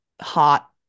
hot